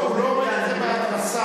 הוא לא אומר את זה בהתרסה.